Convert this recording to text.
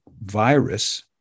virus